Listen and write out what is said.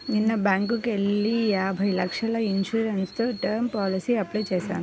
నిన్న బ్యేంకుకెళ్ళి యాభై లక్షల ఇన్సూరెన్స్ తో టర్మ్ పాలసీకి అప్లై చేశాను